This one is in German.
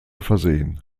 versehen